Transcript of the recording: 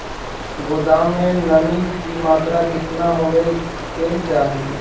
गोदाम मे नमी की मात्रा कितना होबे के चाही?